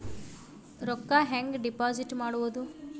ರೊಕ್ಕ ಹೆಂಗೆ ಡಿಪಾಸಿಟ್ ಮಾಡುವುದು?